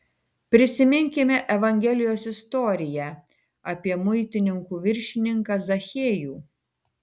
prisiminkime evangelijos istoriją apie muitininkų viršininką zachiejų